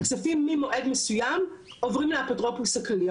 כספים ממועד מסוים עוברים לאפוטרופוס הכללי,